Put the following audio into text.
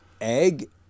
egg